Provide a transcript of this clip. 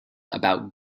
about